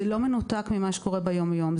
זה לא מנותק ממה שקורה ביום-יום.